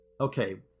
Okay